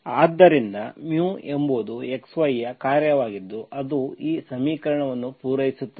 ಆದ್ದರಿಂದ ಎಂಬುದು xy ಯ ಕಾರ್ಯವಾಗಿದ್ದು ಅದು ಈ ಸಮೀಕರಣವನ್ನು ಪೂರೈಸುತ್ತದೆ